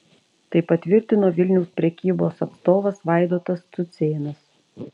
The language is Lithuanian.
tai patvirtino vilniaus prekybos atstovas vaidotas cucėnas